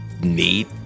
neat